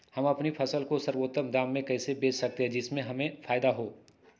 हम अपनी फसल को सर्वोत्तम दाम में कैसे बेच सकते हैं जिससे हमें फायदा हो?